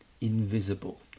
invisible